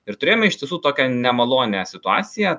ir turėjome iš tiesų tokią nemalonią situaciją